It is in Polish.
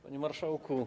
Panie Marszałku!